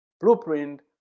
blueprint